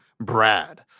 Brad